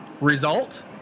Result